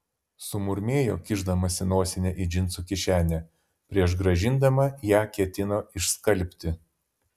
sumurmėjo kišdamasi nosinę į džinsų kišenę prieš grąžindama ją ketino išskalbti